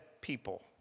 people